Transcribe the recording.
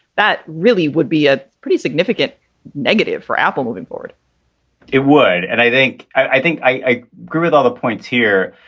that really would be a pretty significant negative for apple moving forward it would. and i think i think i agree with all the points here.